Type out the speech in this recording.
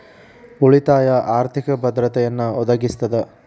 ಉಳಿತಾಯ ಆರ್ಥಿಕ ಭದ್ರತೆಯನ್ನ ಒದಗಿಸ್ತದ